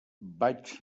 vaig